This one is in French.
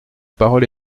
parole